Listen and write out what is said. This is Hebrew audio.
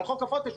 על חוק הפוטושופ,